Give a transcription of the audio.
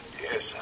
Yes